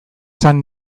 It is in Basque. zen